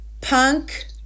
punk